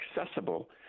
accessible